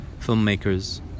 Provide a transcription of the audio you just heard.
filmmakers